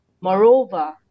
moreover